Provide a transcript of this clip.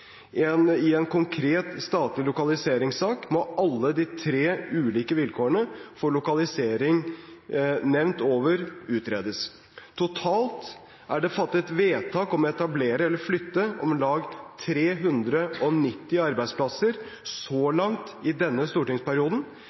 I en konkret statlig lokaliseringssak må alle de tre ulike vilkårene for lokalisering nevnt over, utredes. Totalt er det fattet vedtak om å etablere eller flytte ut om lag 390 arbeidsplasser så langt i denne stortingsperioden.